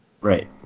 Right